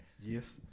Yes